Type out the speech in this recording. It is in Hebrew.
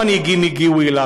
רוב המנהיגים הגיעו אליו,